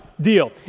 deal